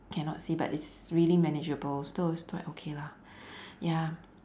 cannot see but it's really manageable so it's quite okay lah ya